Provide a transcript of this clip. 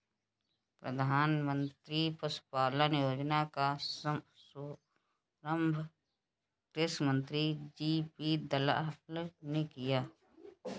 प्रधानमंत्री पशुपालन योजना का शुभारंभ कृषि मंत्री जे.पी दलाल ने किया